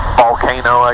volcano